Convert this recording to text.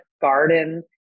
garden